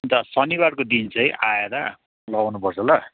अन्त शनिवारको दिन चाहिँ आएर लगाउनु पर्छ ल